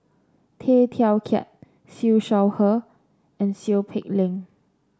Tay Teow Kiat Siew Shaw Her and Seow Peck Leng